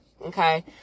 Okay